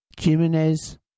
Jimenez